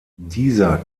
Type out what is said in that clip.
dieser